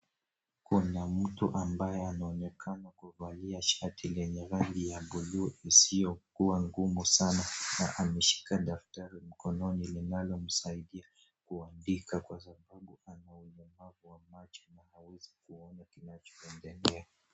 Kuna mtu ambaye anaonekana kuvalia shati lenye rangi ya bluu isiyokuwa ngumu sana, na ameshika daftali mkononi linalo msaidia kuandika kwa sababu ana ulemavu wa macho na hawezi kuona kinachoendelea.